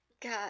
God